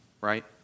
right